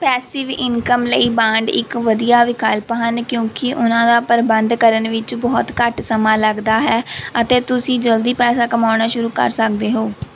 passive income ਲਈ bond ਇੱਕ ਵਧੀਆ ਵਿਕਲਪ ਹਨ ਕਿਉਂਕਿ ਉਨ੍ਹਾਂ ਦਾ ਪ੍ਰਬੰਧ ਕਰਨ ਵਿੱਚ ਬਹੁਤ ਘੱਟ ਸਮਾਂ ਲਗਦਾ ਹੈ ਅਤੇ ਤੁਸੀਂ ਜਲਦੀ ਪੈਸਾ ਕਮਾਉਣਾ ਸ਼ੁਰੂ ਕਰ ਸਕਦੇ ਹੋ